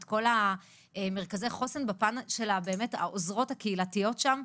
את כל מרכזי החוסן בפן של העוזרות הקהילתיות שם.